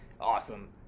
awesome